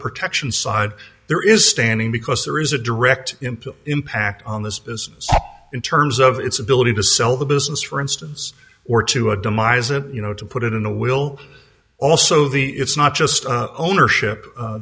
protection side there is standing because there is a direct impact on this business in terms of its ability to sell the business for instance or to a demise it you know to put it in a will also the it's not just ownership